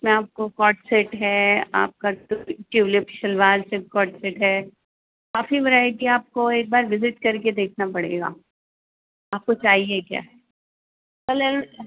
میں آپ کو کٹ سیٹ ہے آپ کا ٹیولپ شلوار سے کٹ سیٹ ہے کافی ورائٹی آپ کو ایک بار وزٹ کر کے دیکھنا پڑے گا آپ کو چاہیے کیا کلر